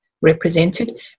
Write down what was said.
represented